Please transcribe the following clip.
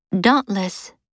Dauntless